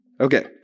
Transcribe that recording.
Okay